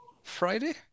Friday